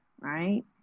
right